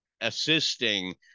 assisting